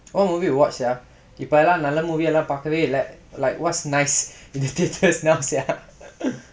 what movie you watch sia இப்ப எல்லாம் நல்ல:ippa ellam nalla movie எல்லாம் பாக்கவே இல்ல:ellaam paakkavae illa like what's nice in the theatres now sia